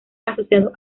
asociados